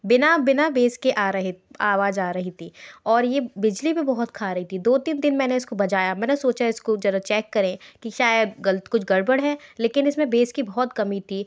बिना बिना बेस के आ रहे आवाज़ आ रही थी और यह बिजली भी बहुत खा रही थी दो तीन दिन मैंने इसको बजाया मैंने सोचा इसको ज़रा चेक करें कि शायद गलत कुछ गड़बड़ है लेकिन इसमें बेस की बहुत कमी थी